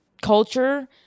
culture